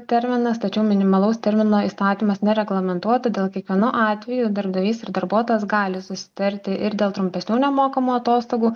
terminas tačiau minimalaus termino įstatymas nereglamentuoja todėl kiekvienu atveju darbdavys ir darbuotojas gali susitarti ir dėl trumpesnių nemokamų atostogų